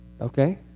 Okay